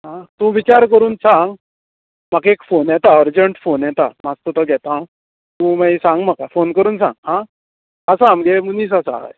आं तूं विचार करून सांग म्हाका एक फोन येता अर्जण्ट फोन येता मात्सो तो घेता हांव तूं मागीर सांग म्हाका फोन करून सांग आं आसा आमगे मनीस आसा हय